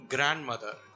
Grandmother